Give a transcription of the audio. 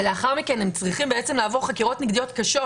ולאחר מכן הם צריכים לעבור חקירות נגדיות קשות